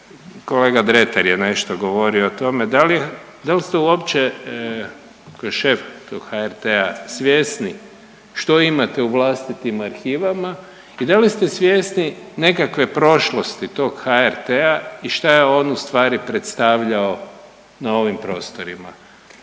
kolega Dretar je nešto govorio o tome, da li je, dal ste uopće kao šef HRT-a svjesni što imate u vlastitim arhivama i da li ste svjesni nekakve prošlosti tog HRT-a i šta je on ustvari predstavljao na ovim prostorima.